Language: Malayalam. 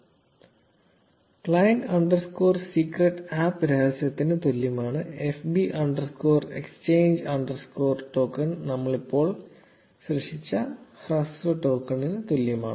0557 ക്ലയന്റ് അണ്ടർസ്കോർ സീക്രെട് APP രഹസ്യത്തിന് തുല്യമാണ് fb underscore exchange underscore token നമ്മൾ ഇപ്പോൾ സൃഷ്ടിച്ച ഹ്രസ്വ ടോക്കണിന് തുല്യമാണ്